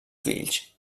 fills